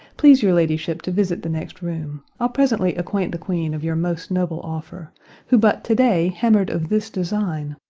please your ladyship to visit the next room, i'll presently acquaint the queen of your most noble offer who but to-day hammer'd of this design,